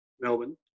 Melbourne